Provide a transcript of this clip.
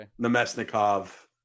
Nemesnikov